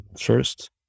first